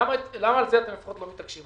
למה על זה לפחות אתם לא מתעקשים?